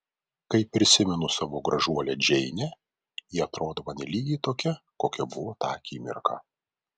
kai prisimenu savo gražuolę džeinę ji atrodo man lygiai tokia kokia buvo tą akimirką